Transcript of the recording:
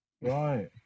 right